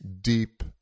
deep